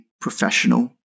professional